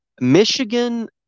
Michigan